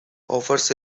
offers